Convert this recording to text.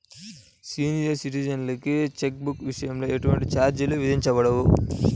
senior సిటిజన్లకి cheque బుక్ల విషయంలో ఎటువంటి ఛార్జీలు విధించబడవు